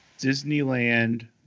Disneyland